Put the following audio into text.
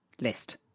list